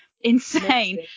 insane